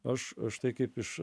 aš štai kaip iš